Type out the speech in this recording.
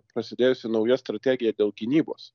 prasidėjusi nauja strategija dėl gynybos